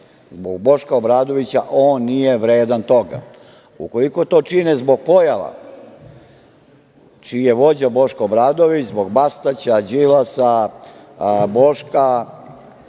zbog Boška Obradovića, on nije vredan toga. Ukoliko to čine zbog pojava čiji je vođa Boško Obradović, zbog Bastaća, Đilasa, Boška